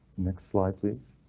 next slide, please.